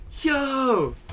yo